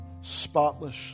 spotless